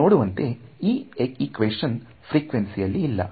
ನೀವು ನೋಡುವಂತೆ ಈ ಎಕ್ವಾಷನ್ಸ್ ಫ್ರಿಕ್ವೆನ್ಸಿ ಅಲ್ಲಿ ಇಲ್ಲ